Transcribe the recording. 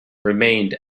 remained